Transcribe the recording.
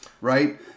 right